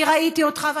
אני ראיתי אותך,